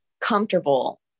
comfortable